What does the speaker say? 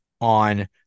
on